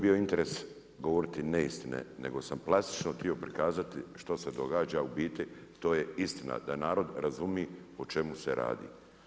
Nije mi bio interes govoriti neistine nego sam plastično htio prikazati što se događa u biti to je istina da narod razumije o čemu se radi.